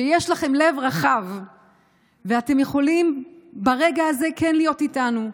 שיש לכם לב רחב ואתם יכולים ברגע הזה כן להיות איתנו,